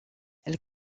elle